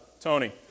Tony